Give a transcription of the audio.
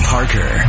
Parker